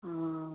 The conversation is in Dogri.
हां